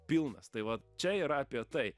pilnas tai vat čia yra apie tai